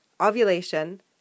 ovulation